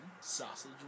sausage